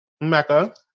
Mecca